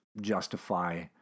justify